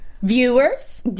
Viewers